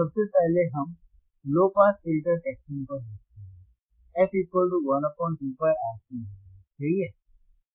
सबसे पहले हम लो पास फिल्टर सेक्शन को देखते हैं f12πRC होगा सही है